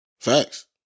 Facts